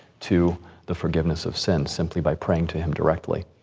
to the forgiveness of sins, simply by praying to him directly.